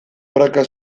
praka